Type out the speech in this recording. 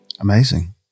Amazing